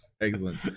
Excellent